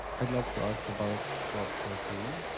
i'd like to ask about prop. thirteen.